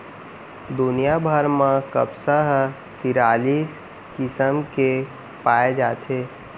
दुनिया भर म कपसा ह तिरालिस किसम के पाए जाथे